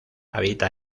habita